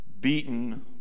beaten